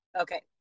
Okay